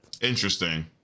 interesting